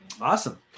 awesome